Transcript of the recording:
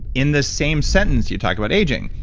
in the same sentence, you talk about aging,